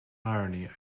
irony